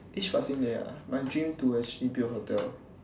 each passing day ah my dream to actually build a hotel